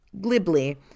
glibly